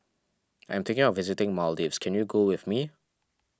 I'm thinking of visiting Maldives can you go with me